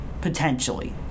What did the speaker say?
potentially